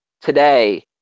today